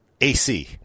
AC